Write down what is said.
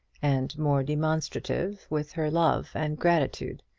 and more demonstrative with her love and gratitude.